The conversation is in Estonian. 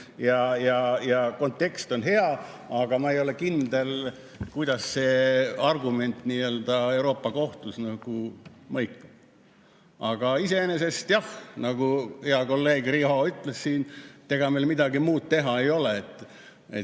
ja kontekst on hea, aga ma ei ole kindel, kuidas see argument Euroopa Kohtus mõikab. Aga iseenesest jah, nagu hea kolleeg Riho ütles siin, ega meil midagi muud teha ei ole,